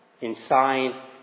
inside